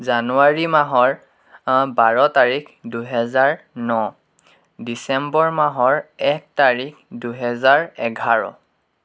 জানুৱাৰী মাহৰ বাৰ তাৰিখ দুহেজাৰ ন ডিচেম্বৰ মাহৰ এক তাৰিখ দুহেজাৰ এঘাৰ